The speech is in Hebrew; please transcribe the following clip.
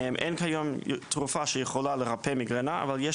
אין כיום תרופה שיכולה לרפא מיגרנה אבל יש